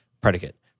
predicate